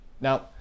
Now